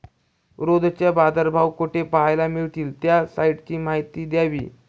रोजचे बाजारभाव कोठे पहायला मिळतील? त्या साईटची माहिती द्यावी